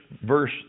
verse